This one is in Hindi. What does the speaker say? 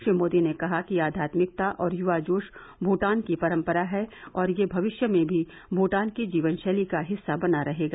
श्री मोदी ने कहा कि आध्यात्मिकता और यूवा जोश भूटान की परम्परा है और यह भविष्य में भी भूटान की जीवनशैली का हिस्सा बना रहेगा